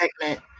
segment